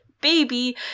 baby